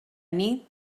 nit